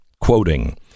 quoting